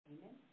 Amen